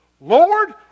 Lord